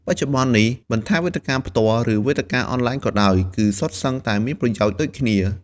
បច្ចុប្បន្ននេះ មិនថាវេទិកាផ្ទាល់ ឬវេទិកាអនឡាញក៏ដោយ គឺសុទ្ធសឹងតែមានប្រយោជន៍ដូចគ្នា។